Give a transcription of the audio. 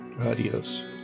Adios